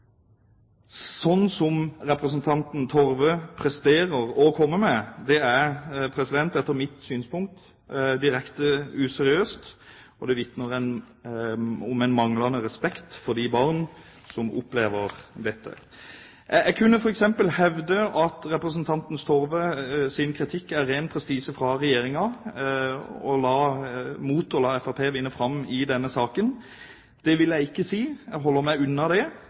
som representanten Torve presterer å komme med, er etter mitt syn direkte useriøst. Det vitner om manglende respekt for de barn som opplever dette. Jeg kunne f.eks. hevde at representanten Torves kritikk dreier seg om ren prestisje fra regjeringspartienes side mot å la Fremskrittspartiet vinne fram i denne saken. Det vil jeg ikke, jeg holder meg unna det.